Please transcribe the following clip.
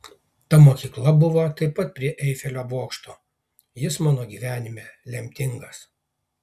ta mokykla buvo taip pat prie eifelio bokšto jis mano gyvenime lemtingas